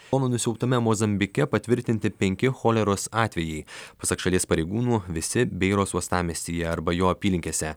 o nu nusiaubtame mozambike patvirtinti penki choleros atvejai pasak šalies pareigūnų visi beiros uostamiestyje arba jo apylinkėse